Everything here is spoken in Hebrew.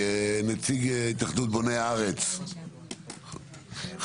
נציג התאחדות בוני הארץ, חיים.